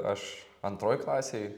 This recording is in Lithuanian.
aš antroj klasėj